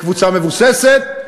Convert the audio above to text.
לקבוצה מבוססת.